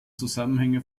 zusammenhänge